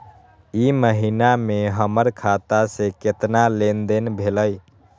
ई महीना में हमर खाता से केतना लेनदेन भेलइ?